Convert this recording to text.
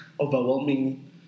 overwhelming